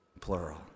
plural